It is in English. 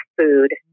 food